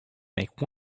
make